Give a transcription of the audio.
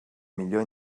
millor